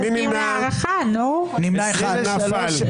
נפל.